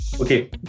Okay